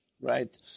right